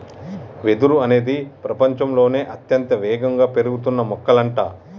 వెదురు అనేది ప్రపచంలోనే అత్యంత వేగంగా పెరుగుతున్న మొక్కలంట